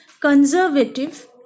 conservative